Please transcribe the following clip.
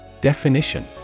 Definition